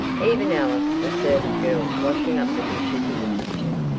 even alice, the servant-girl, washing up the dishes in the kitchen,